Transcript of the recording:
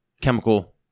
chemical